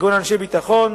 כגון אנשי ביטחון,